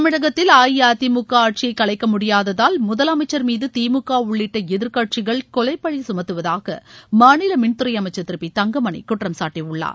தமிழகத்தில் அஇஅதிமுக ஆட்சியைக் கலைக்க முடியாததால் முதலமைச்சர் மீது திமுக உள்ளிட்ட எதிர்க்கட்சிகள் கொலைப்பழி கமத்துவதாக மாநில மின்துறை அமைச்சர் திரு பி தங்கமணி குற்றம் சாட்டியுள்ளார்